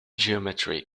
geometry